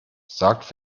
sagt